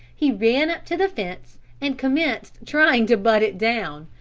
he ran up to the fence and commenced trying to butt it down,